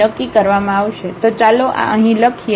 તો ચાલો આ અહીં લખીએ